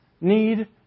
need